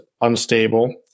unstable